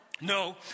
No